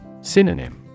Synonym